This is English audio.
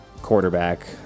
quarterback